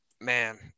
man